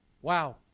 Wow